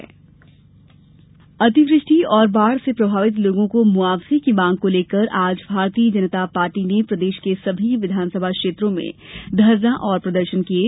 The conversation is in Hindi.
भाजपा प्रदर्शन अतिवृष्टि और बाढ़ से प्रभावित लोगों को मुआवजे की मांग को लेकर आज भारतीय जनता पार्टी ने प्रदेश के सभी विधानसभा क्षेत्रों में धरना और प्रदर्शन किये